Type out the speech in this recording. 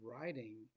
writing